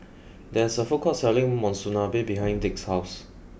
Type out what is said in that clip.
there is a food court selling Monsunabe behind Dick's house